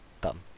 done